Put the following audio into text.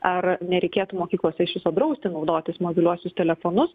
ar nereikėtų mokyklose iš viso drausti naudotis mobiliuosius telefonus